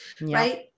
right